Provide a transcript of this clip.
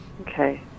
Okay